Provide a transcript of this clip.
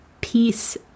peace